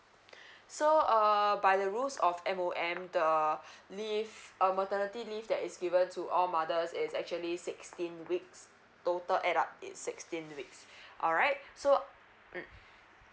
so err by the rules of M O M the leave uh maternity leave that is given to all mothers is actually sixteen weeks total add up it's sixteen weeks all right so mm